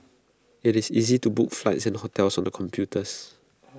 IT is easy to book flights and hotels on the computers